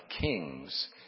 kings